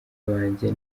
banjye